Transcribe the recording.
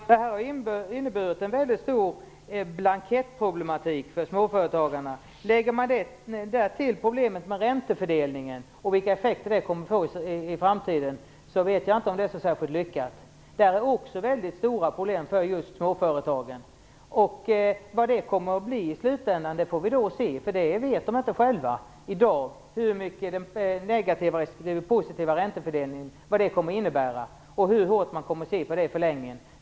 Fru talman! Detta har inneburit en stor blankettproblematik för småföretagarna. Lägger man därtill problemet med räntefördelningen och vilka effekter det kommer att få i framtiden vet jag inte om det är så särskilt lyckat. Där finns det också väldigt stora problem för just småföretagen. Vi får se vad det kommer att bli av det i slutänden. De vet inte själva i dag vad den negativa respektive positiva räntefördelningen kommer att innebära och hur hårt man kommer att se på det i förlängningen.